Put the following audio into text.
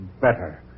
better